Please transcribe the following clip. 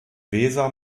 weser